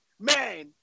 man